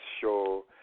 show